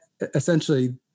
essentially